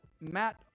Matt